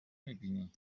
میبینی